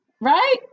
Right